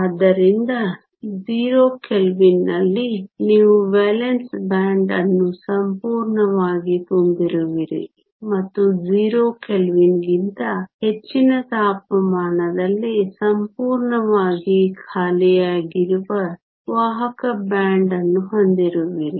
ಆದ್ದರಿಂದ 0 ಕೆಲ್ವಿನ್ನಲ್ಲಿ ನೀವು ವೇಲೆನ್ಸ್ ಬ್ಯಾಂಡ್ ಅನ್ನು ಸಂಪೂರ್ಣವಾಗಿ ತುಂಬಿರುವಿರಿ ಮತ್ತು 0 ಕೆಲ್ವಿನ್ಗಿಂತ ಹೆಚ್ಚಿನ ತಾಪಮಾನದಲ್ಲಿ ಸಂಪೂರ್ಣವಾಗಿ ಖಾಲಿಯಾಗಿರುವ ವಾಹಕ ಬ್ಯಾಂಡ್ ಅನ್ನು ಹೊಂದಿರುವಿರಿ